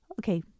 okay